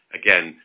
again